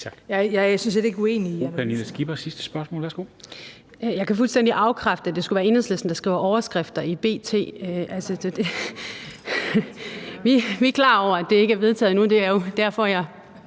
Pernille Skipper (EL): Jeg kan fuldstændig afkræfte, at det skulle være Enhedslisten, der skriver overskrifter i B.T. Vi er klar over, at det ikke er vedtaget endnu, og det er jo derfor, at